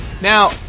Now